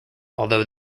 although